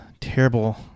terrible